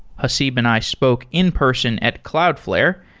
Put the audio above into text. haseeb and i spoke in-person at cloudflare,